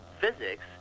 physics